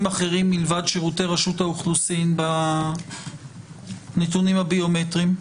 אחרים מלבד שירותי רשות האוכלוסין בנתונים הביומטריים?